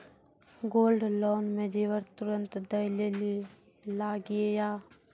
Gold loan मे जेबर तुरंत दै लेली लागेया?